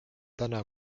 täna